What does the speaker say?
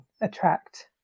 attract